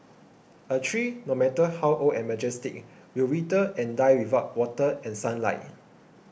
a tree no matter how old and majestic will wither and die without water and sunlight